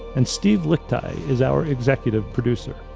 and steve lickteig is our executive producer.